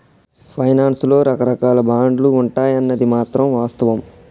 finance లో రకరాకాల బాండ్లు ఉంటాయన్నది మాత్రం వాస్తవం